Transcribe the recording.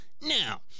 Now